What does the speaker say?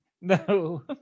No